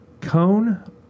Cone